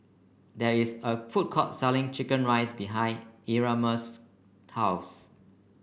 there is a food court selling chicken rice behind Erasmus' house